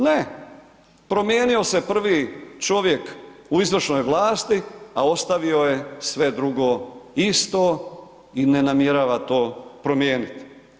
Ne, promijenio se prvi čovjek u izvršnoj vlasti, a ostavio je sve drugo isto i ne namjerava to promijenit.